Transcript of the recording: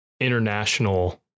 international